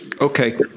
Okay